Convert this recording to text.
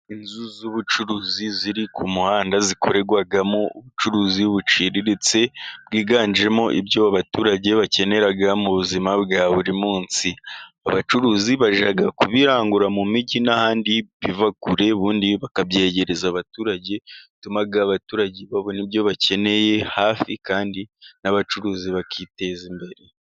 Inzu z'ubucuruzi ziri ku muhanda zikorerwamo ubucuruzi buciriritse, bwiganjemo ibyo abaturage bakenera mu buzima bwa buri munsi. Abacuruzi bajya kubirangura mu mijyi n'ahandi, biva kure ubundi bakabyegereza abaturage, bituma abaturage babona ibyo bakeneye hafi kandi n'abacuruzi bakiteza imbere.